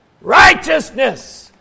righteousness